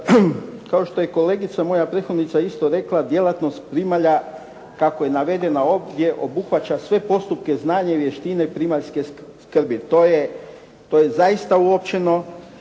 Kao što je kolegica moja prethodnica isto rekla, djelatnost primalja kako je navedena ovdje obuhvaća sve postupke, znanja i vještine primaljske skrbi. To je zaista uočeno,